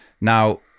Now